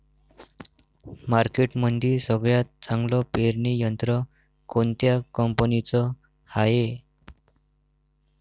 मार्केटमंदी सगळ्यात चांगलं पेरणी यंत्र कोनत्या कंपनीचं हाये?